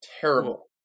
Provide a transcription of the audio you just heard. terrible